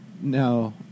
no